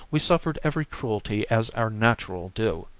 we suffered every cruelty as our natural due.